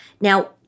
Now